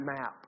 map